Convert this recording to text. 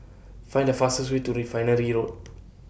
Find The fastest Way to Refinery Road